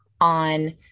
on